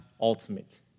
ultimate